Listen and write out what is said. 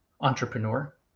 Entrepreneur